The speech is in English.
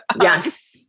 yes